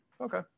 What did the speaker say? Okay